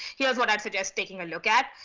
here is what i'd suggest taking a look at.